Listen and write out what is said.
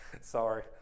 sorry